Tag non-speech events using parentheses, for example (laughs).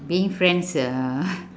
being friends uh (laughs)